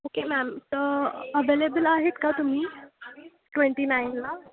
okay ma'am तर available आहेत का तुम्ही ट्वेंटी नाईनला